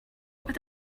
would